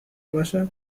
باشد